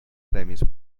premis